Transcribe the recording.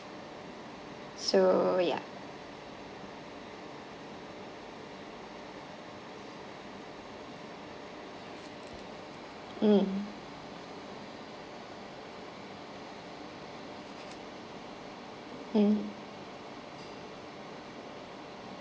so ya mm mm